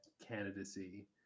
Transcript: candidacy